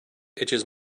itches